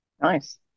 Nice